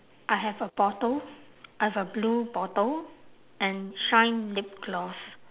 I have a bottle I have a blue bottle and shine lip gloss